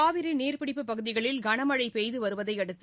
காவிரி நீர்பிடிப்பு பகுதிகளில் கனமழை பெய்துவருவதையடுத்து